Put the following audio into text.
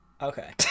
Okay